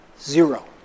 Zero